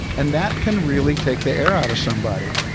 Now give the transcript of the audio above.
and that can really take the air out of somebody.